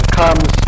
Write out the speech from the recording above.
comes